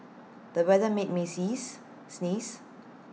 the weather made me sees sneeze